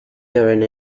during